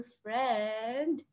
friend